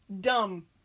Dumb